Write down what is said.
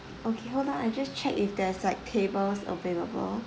okay hold on I'll just check if there's like tables available